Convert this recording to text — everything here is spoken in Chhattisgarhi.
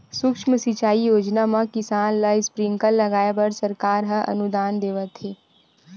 सुक्ष्म सिंचई योजना म किसान ल स्प्रिंकल लगाए बर सरकार ह अनुदान देवत हे